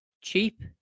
cheap